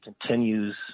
continues